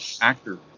actor